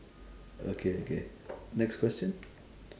okay okay next question